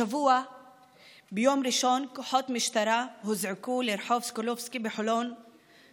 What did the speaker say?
השבוע ביום ראשון כוחות משטרה הוזעקו לרחוב סוקולוב בחולון